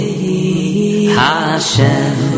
Hashem